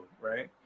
right